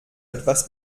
etwas